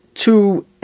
two